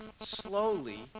slowly